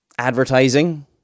Advertising